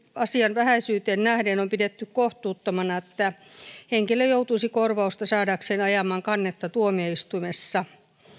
asian vähäisyyteen nähden on pidetty kohtuuttomana että henkilö joutuisi korvausta saadakseen ajamaan kannetta tuomioistuimessa